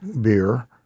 beer